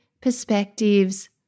perspectives